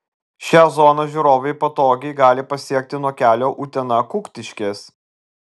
šią zoną žiūrovai patogiai gali pasiekti nuo kelio utena kuktiškės